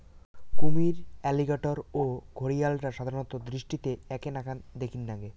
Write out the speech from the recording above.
কুমীর, অ্যালিগেটর ও ঘরিয়ালরা সাধারণত দৃষ্টিতে এ্যাকে নাকান দ্যাখির নাগে